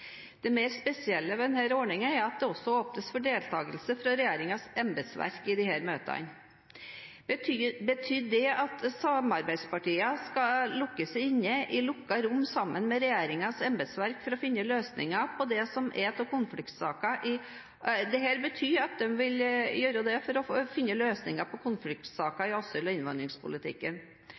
Det mest spesielle ved denne ordningen er at det også åpnes for deltagelse fra regjeringens embetsverk i disse møtene. Betyr det at samarbeidspartiene skal lukkes inn i lukkede rom sammen med regjeringens embetsverk for å finne løsninger på konfliktsaker i asyl- og innvandringspolitikken? Jeg kan vanskelig se at dette er et ledd i